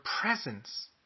presence